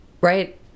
right